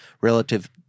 relative